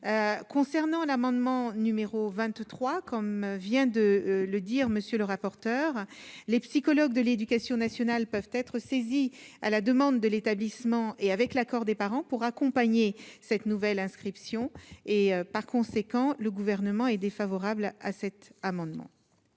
concernant l'amendement numéro 23 comme vient de le dire, monsieur le rapporteur, les psychologues de l'Éducation nationale peuvent être saisis à la demande de l'établissement et avec l'accord des parents pour accompagner cette nouvelle inscription et par conséquent le gouvernement est défavorable à cet amendement.